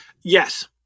Yes